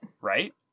Right